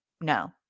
No